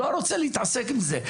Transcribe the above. לא רוצה להתעסק עם זה,